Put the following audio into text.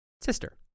sister